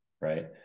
right